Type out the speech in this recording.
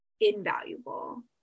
invaluable